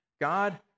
God